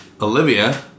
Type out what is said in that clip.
Olivia